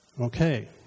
okay